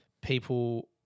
People